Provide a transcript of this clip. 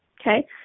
okay